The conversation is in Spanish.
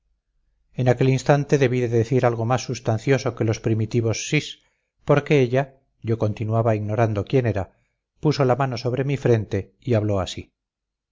en aquel instante debí de decir algo más sustancioso que los primitivos sís porque ella yo continuaba ignorando quién era puso la mano sobre mi frente y habló así